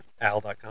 Al.com